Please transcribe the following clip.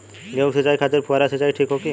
गेहूँ के सिंचाई खातिर फुहारा सिंचाई ठीक होखि?